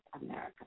America